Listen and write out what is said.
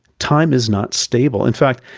time is not stable. in fact,